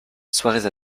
soirées